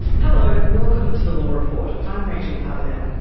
hello, welcome to the law report, i'm rachel carbonell.